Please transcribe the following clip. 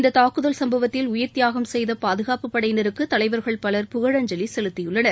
இந்த தாக்குதல் சம்பவத்தில் உயிர் தியாகம் செய்த பாதுகாப்புப்படையினருக்கு தலைவர்கள் பலர் புகழஞ்சலி செலுத்தியுள்ளனர்